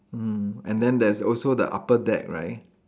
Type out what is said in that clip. mm and then there's also the upper deck right